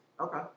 Okay